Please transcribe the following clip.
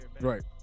Right